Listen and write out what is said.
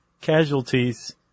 casualties